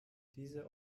diese